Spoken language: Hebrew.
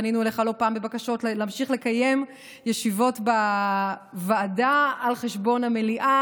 פנינו אליך לא פעם בבקשות להמשיך לקיים ישיבות בוועדה על חשבון המליאה,